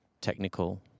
technical